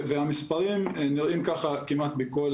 והמספרים נראים ככה כמעט בכל